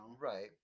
Right